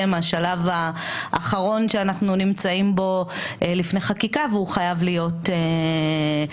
השלב האחרון שאנחנו נמצאים בו לפני חקיקה והוא חייב להיות תקין,